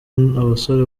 abasore